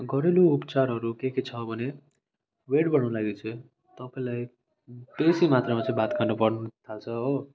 घरेलु उपचारहरू के के छ भने वेट बढाउनुको लागि चाहिँ तपाईँलाई बेसी मात्रामा चाहिँ भात खानु बढ्नु थाल्छ हो